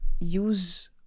use